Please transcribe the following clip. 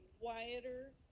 quieter